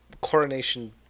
coronation